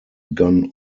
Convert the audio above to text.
gone